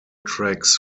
tracks